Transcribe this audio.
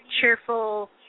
cheerful